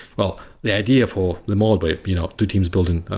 well the idea for them all. but you know, two teams building